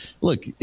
Look